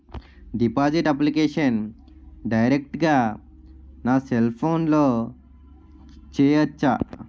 Deposit application direct గా నా cell ఫోన్లో చెయ్యచా?